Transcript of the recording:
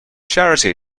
charity